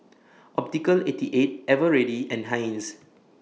Optical eighty eight Eveready and Heinz